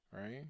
right